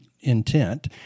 intent